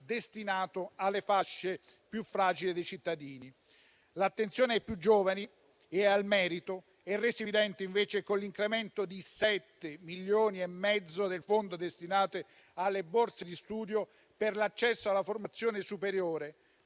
destinato alle fasce più fragili dei cittadini. L'attenzione ai più giovani e al merito è resa evidente, invece, con l'incremento di 7,5 milioni del fondo destinato alle borse di studio per l'accesso alla formazione superiore,